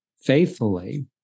faithfully